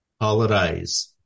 holidays